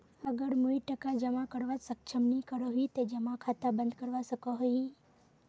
अगर मुई टका जमा करवात सक्षम नी करोही ते जमा खाता बंद करवा सकोहो ही?